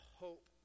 hope